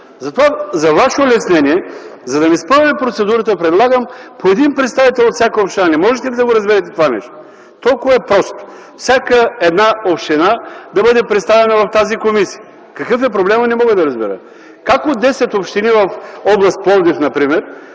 За ваше улеснение, за да не спъваме процедурата, предлагам – по един представител от всяка община. Не можете ли да разберете това нещо? Толкова е просто – всяка една община да бъде представена в тази комисия. Какъв е проблемът не мога да разбера?! Как от десет общини в област Пловдив например